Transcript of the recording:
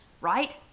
right